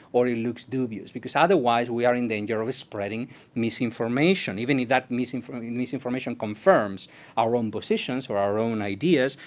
or it looks dubious. because otherwise we are in danger of spreading misinformation, even if that misinformation misinformation confirms our own positions, or our own ideas,